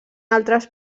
altres